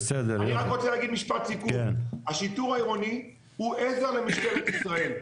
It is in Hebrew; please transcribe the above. משפט סיכום, השיטור העירוני הוא עזר למשטרת ישראל.